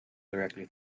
correctly